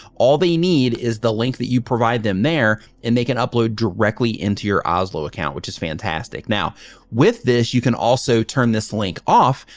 all they need is the link that you provide them there. there. and they can upload directly into your oslo account, which is fantastic. now with this, you can also turn this link off.